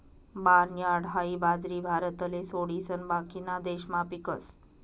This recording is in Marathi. बार्नयार्ड हाई बाजरी भारतले सोडिसन बाकीना देशमा पीकस